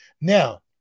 Now